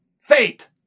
fate